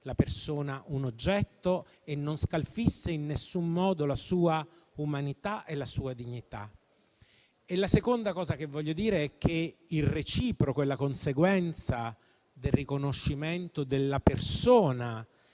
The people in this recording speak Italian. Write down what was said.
la persona un oggetto e non dovesse scalfire in alcun modo la sua umanità e la sua dignità. La seconda cosa che voglio dire è che la conseguenza del riconoscimento della persona